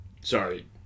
Sorry